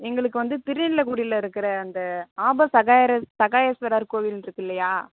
எங்களுக்கு வந்து திருநீலக்குடியில் இருக்கிற அந்த ஆபத்சகாயரர் சகாயேஸ்வரர் கோவில்ருக்குல்லையா